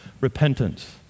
repentance